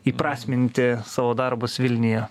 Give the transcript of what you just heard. įprasminti savo darbus vilniuje